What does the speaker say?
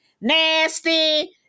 nasty